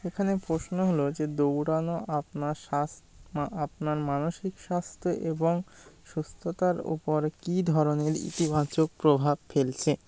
এখানে প্রশ্ন হলো যে দৌড়ানো আপনার স্বাস্থ্য আপনার মানসিক স্বাস্থ্য এবং সুস্থতার উপর কী ধরনের ইতিবাচক প্রভাব ফেলছে